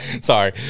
Sorry